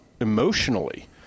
emotionally